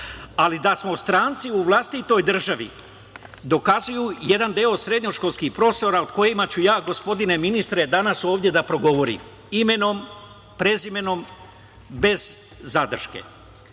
Ali da smo stranci u vlastitoj državi dokazuje jedan deo srednjoškolskih profesora o kojima ću ja, gospodine ministre, danas da progovorim imenom, prezimenom, bez zadrške.Među